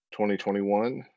2021